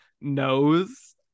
knows